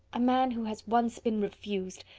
a man who has once been refused!